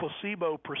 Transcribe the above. placebo